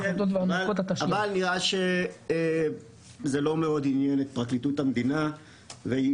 אבל נראה שזה לא מאוד עניין את פרקליטות המדינה והיא